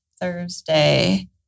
Thursday